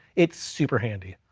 it's super handy.